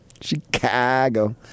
Chicago